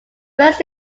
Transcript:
first